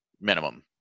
minimum